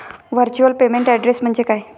Virtual payment address म्हणजे काय?